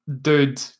dude